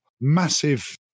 massive